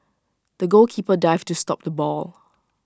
the goalkeeper dived to stop the ball